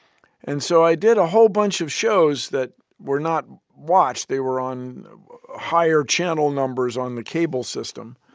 and so i did a whole bunch of shows that were not watched. they were on higher channel numbers on the cable system.